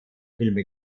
filme